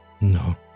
No